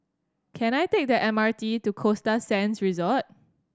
can I take the M R T to Costa Sands Resort